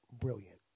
brilliant